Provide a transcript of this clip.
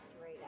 right